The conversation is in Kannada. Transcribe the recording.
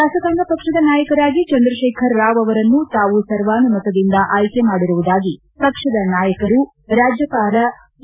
ಶಾಸಕಾಂಗ ಪಕ್ಷದ ನಾಯಕರಾಗಿ ಚಂದ್ರತೇಖರ ರಾವ್ ಅವರನ್ನು ತಾವು ಸರ್ವಾನುಮತದಿಂದ ಆಯ್ಕೆ ಮಾಡಿರುವುದಾಗಿ ಪಕ್ಷದ ನಾಯಕರು ರಾಜ್ಲಪಾಲ ಇ